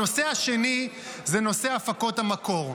הנושא השני זה נושא הפקות המקור.